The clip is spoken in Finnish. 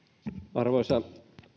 arvoisa